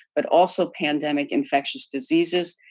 but also pandemic infectious diseases.